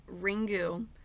Ringu